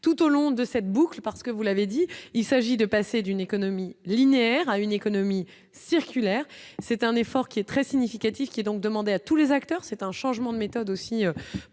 tout au long de cette boucle parce que vous l'avez dit, il s'agit de passer d'une économie linéaire à une économie circulaire c'est un effort qui est très significative, qui est donc demander à tous les acteurs, c'est un changement de méthode aussi